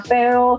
Pero